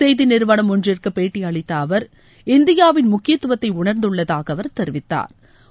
செய்தி நிறுவனம் ஒன்றிற்கு பேட்டி அளித்த அவர் இந்தியாவின் முக்கியத்துவத்தை உணர்ந்துள்ளதாக அவர் தெரிவித்தாா்